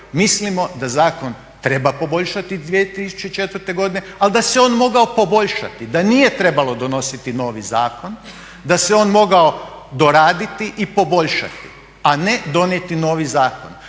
mislimo da zakon treba poboljšati 2004. godine ali da se on mogao poboljšati, da nije trebalo donositi novi zakon, da se on mogao doraditi i poboljšati, a ne donijeti novi zakon.